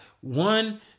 One